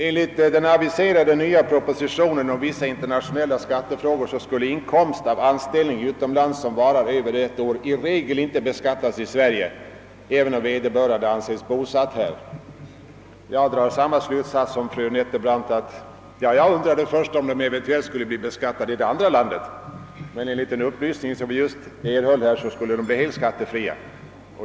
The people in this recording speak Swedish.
Enligt den aviserade nya propositionen om vissa internationella skattefrågor skulle inkomst av anställning utomlands som varar över ett år i regel inte beskattas i Sverige, även om vederbörande anses bosatt här. Jag trodde att de i så fall eventuellt skulle bli beskattade i det andra landet. Men enligt den upplysning som vi just erhållit skulle de bli helt skattefria.